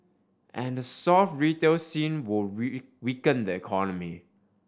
and a soft retail scene will weaken the economy